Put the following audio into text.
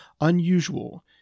unusual